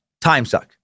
timesuck